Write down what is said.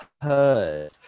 heard